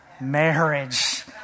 marriage